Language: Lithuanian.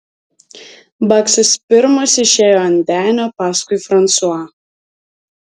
baksas pirmas išėjo ant denio paskui fransuą